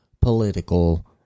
political